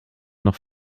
noch